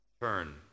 turn